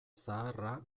zaharra